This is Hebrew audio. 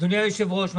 אדוני היושב-ראש,